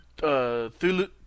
Thulu